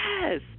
Yes